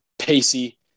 pacey